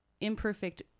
imperfect